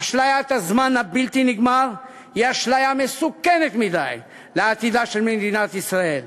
אשליית הזמן הבלתי-נגמר היא אשליה מסוכנת מדי לעתידה של מדינת ישראל.